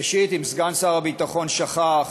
ראשית, אם סגן שר הביטחון שכח,